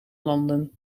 landen